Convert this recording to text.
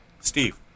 Steve